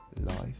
life